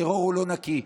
הטרור הוא לא נקי,